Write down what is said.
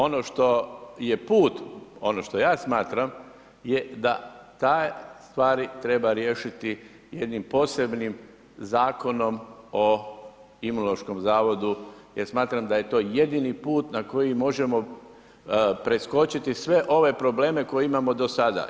Ono što je put, ono što ja smatram da te stvari treba riješiti jednim posebnim Zakonom o Imunološkom zavodu, jer smatram da je to jedini put na koji možemo preskočiti sve ove probleme koje imamo do sada.